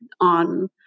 on